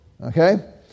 okay